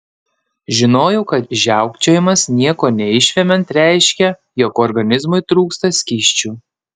žinojau kad žiaukčiojimas nieko neišvemiant reiškia jog organizmui trūksta skysčių